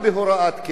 מה קורה?